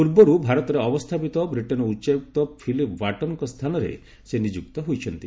ପୂର୍ବରୁ ଭାରତରେ ଅବସ୍ଥାପିତ ବ୍ରିଟେନ୍ ଉଚ୍ଚାୟୁକ୍ତ ଫିଲିପ୍ ବାର୍ଟନ୍ଙ୍କ ସ୍ଥାନରେ ସେ ନିଯୁକ୍ତ ହୋଇଛନ୍ତି